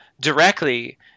directly